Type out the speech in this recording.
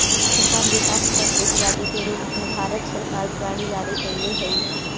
किसान विकास पत्र इत्यादि के रूप में भारत सरकार बांड जारी कैले हइ